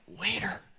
waiter